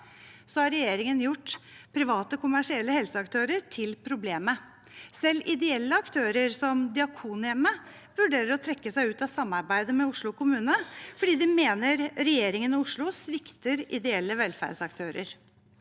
har regjeringen gjort private kommersielle helseaktører til problemet. Selv ideelle aktører som Diakonhjemmet vurderer å trekke seg ut av samarbeidet med Oslo kommune, fordi de mener regjeringen og Oslo svikter ideelle velferdsaktører.